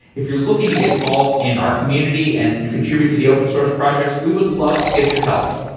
if you're looking to get involved in our community and contribute to the open source projects, we would love to get your help.